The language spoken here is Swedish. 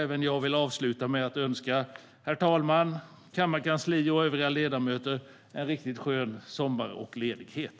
Även jag vill avsluta med att önska herr talmannen, kammarkansliet och övriga ledamöter en riktigt skön sommar och ledighet!